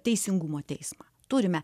teisingumo teismą turime